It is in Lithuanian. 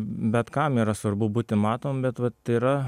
bet kam yra svarbu būti matomam bet vat yra